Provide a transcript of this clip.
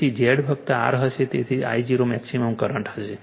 તેથી Z ફક્ત R હશે તેથી I0 મેક્સિમમ કરંટ હશે